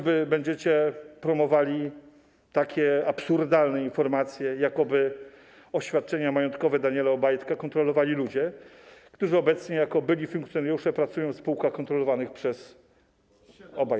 Będziecie choćby promowali absurdalne informacje, jakoby oświadczenia majątkowe Daniela Obajtka kontrolowali ludzie, którzy obecnie jako byli funkcjonariusze pracują w spółkach kontrolowanych przez Obajtka.